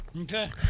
Okay